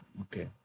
Okay